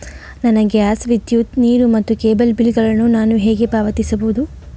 ನನ್ನ ಗ್ಯಾಸ್, ವಿದ್ಯುತ್, ನೀರು ಮತ್ತು ಕೇಬಲ್ ಬಿಲ್ ಗಳನ್ನು ನಾನು ಹೇಗೆ ಪಾವತಿಸುವುದು?